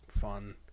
fun